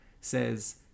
says